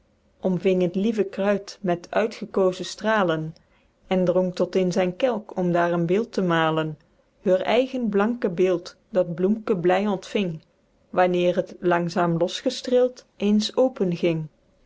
omving het lieve kruid met uitgekozen stralen en drong tot in zyn kelk om daer een beeld te malen heur eigen blanke beeld dat t bloemke bly ontving wanneer het langzaem los gestreeld eens openging